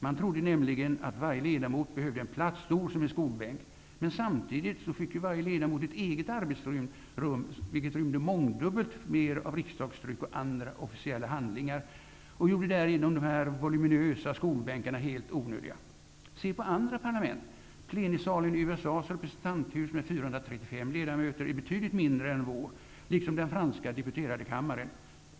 Man trodde nämligen att varje ledamot behövde en plats stor som en skolbänk. Men samtidigt fick varje ledamot ett eget arbetsrum, vilket rymde mångdubbelt mer av riksdagstryck och andra officiella handlingar och gjorde därigenom de voluminösa skolbänkarna helt onödiga. Se på andra parlament. Plenisalen i USA:s representanthus med 435 ledamöter är betydligt mindre än vår liksom den franska deputeradekammaren.